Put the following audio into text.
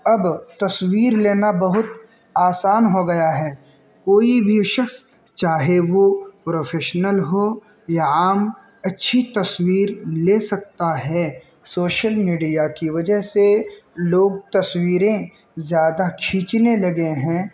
اب تصویر لینا بہت آسان ہو گیا ہے کوئی بھی شخص چاہے وہ پروفیشنل ہو یا عام اچھی تصویر لے سکتا ہے سوشل میڈیا کی وجہ سے لوگ تصویریں زیادہ کھینچنے لگے ہیں